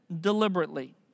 deliberately